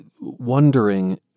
wondering